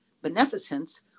beneficence